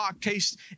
Taste